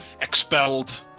expelled